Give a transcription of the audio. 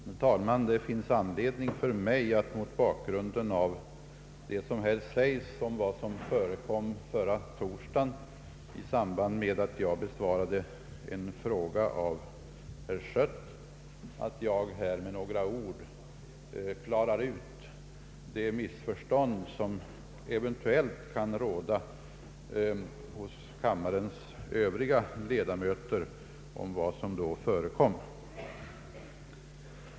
Herr talman! Det finns anledning för mig att mot bakgrunden av det som här sägs om vad som förekom förra torsdagen i samband med att jag besvarade en fråga av herr Schött nu med några ord klara ut det missförstånd som eventuellt kan råda hos kammarens Öövriga ledamöter om vad som då förekom.